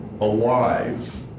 alive